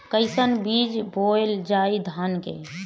कईसन बीज बोअल जाई धान के?